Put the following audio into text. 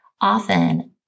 Often